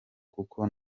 kuko